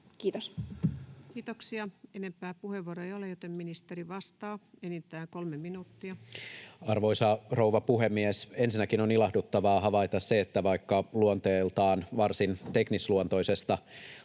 Kiitos. Kiitoksia. — Enempää puheenvuoroja ei ole, joten ministeri vastaa. Enintään kolme minuuttia. Arvoisa rouva puhemies! Ensinnäkin on ilahduttavaa havaita, että vaikka luonteeltaan varsin teknisluontoisesta